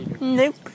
Nope